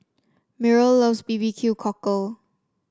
Myrl loves B B Q Cockle